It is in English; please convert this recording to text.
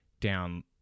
down